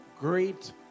great